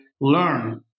learn